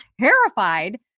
terrified